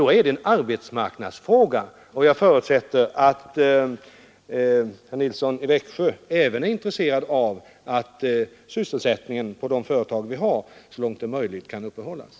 Därmed är detta en arbetsmarknadsfråga. Jag förutsätter att herr Nilsson i Växj intresserad av att sysselsättningen inom de företag vi har kan uppehållas så långt som möjligt.